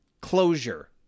closure